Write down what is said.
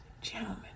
gentlemen